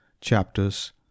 chapters